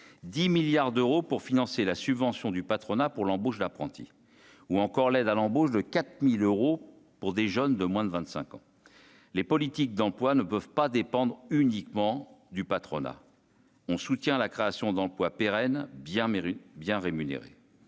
10 milliards d'euros pour financer la subvention du patronat pour l'embauche d'apprentis ou encore l'aide à l'embauche de 4000 euros pour des jeunes de moins de 25 ans, les politiques d'emploi ne peuvent pas dépendre uniquement du patronat. On soutient la création d'emplois pérennes bien Méru